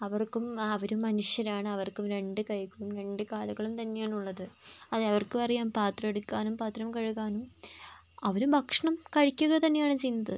അവർക്കും അവരും മനുഷ്യരാണ് അവർക്കും രണ്ടു കൈകളും രണ്ടു കാലുകളും തന്നെയാണ് ഉള്ളത് അതെ അവർക്കും അറിയാം പാത്രം എടുക്കാനും പാത്രം കഴുകാനും അവരും ഭക്ഷണം കഴിക്കുക തന്നെയാണ് ചെയ്യുന്നത്